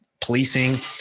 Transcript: policing